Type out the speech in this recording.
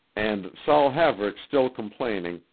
and, saul haverick still complaining,